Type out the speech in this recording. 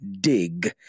dig